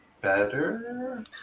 better